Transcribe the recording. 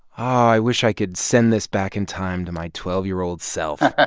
i wish i could send this back in time to my twelve year old self.